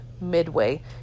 Midway